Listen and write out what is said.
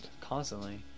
constantly